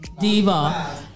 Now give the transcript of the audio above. diva